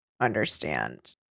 understand